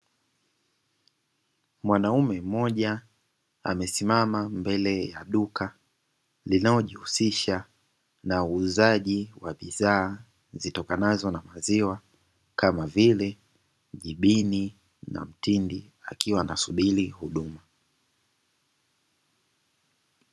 Mwanaume mmoja amesimama mbele ya duka linalouza bidhaa zitokanazo na maziwa kama vile jibini na mtindi, akiwa anasubiri huduma.